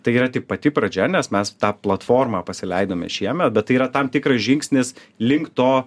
tai yra tik pati pradžia nes mes tą platformą pasileidome šiemet bet tai yra tam tikras žingsnis link to